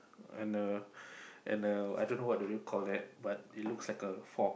and the and the I don't know what do they call that but it looks like a fork